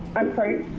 i'm sorry?